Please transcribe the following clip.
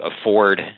afford